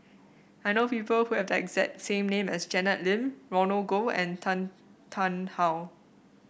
I know people who have the exact same name as Janet Lim Roland Goh and Tan Tarn How